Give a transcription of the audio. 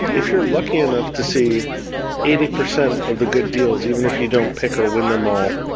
if you're lucky enough to see eighty percent of the good deals even if you don't pick or win them all,